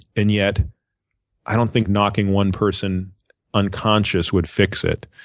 and yet i don't think knocking one person unconscious would fix it.